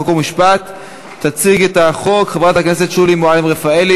חוק ומשפט תציג את הצעת החוק חברת הכנסת שולי מועלם-רפאלי.